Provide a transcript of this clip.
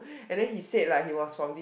and then he said like he was from this